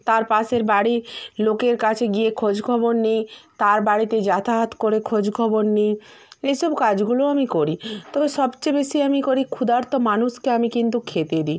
তার পাশের বাড়ি লোকের কাছে গিয়ে খোঁজ খবর নিই তার বাড়িতে যাতায়াত করে খোঁজখবর নিই এসব কাজগুলোও আমি করি তবে সবচেয়ে বেশি আমি করি ক্ষুধার্ত মানুষকে আমি কিন্তু খেতে দিই